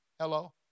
Hello